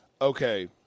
Okay